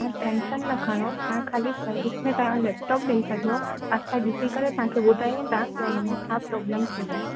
तव्हां टैंशन न खयों तव्हां खाली सर्विस में तव्हां लेपटॉप ॾेई छॾियो असां ॾिसी करे तव्हांखे ॿुधायूं था की हुनमें छा प्रॉब्लम थी आहे